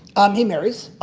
um he marries.